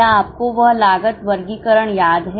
क्या आपको वह लागत वर्गीकरण याद है